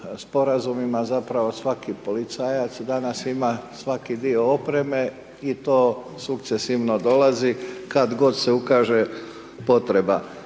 sporazumima zapravo svaki policajac danas ima svaki 2 opreme i to sukcesivno dolazi, kada god se ukaže potreba.